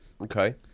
Okay